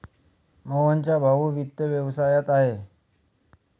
मोहनचा भाऊ वित्त व्यवसायात आहे